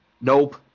nope